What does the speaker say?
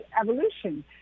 evolution